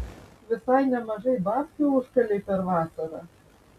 visai nemažai babkių užkalei per vasarą